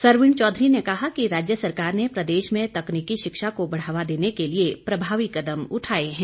सरवीण चौधरी ने कहा कि राज्य सरकार ने प्रदेश में तकनीकी शिक्षा को बढ़ावा देने के लिए प्रभावी कदम उठाए हैं